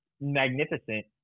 magnificent